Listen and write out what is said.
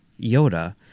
Yoda